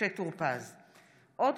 עאידה